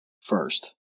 first